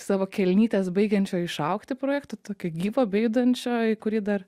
savo kelnytes baigiančio išaugti projekto tokio gyvo bejudančio į kurį dar